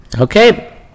okay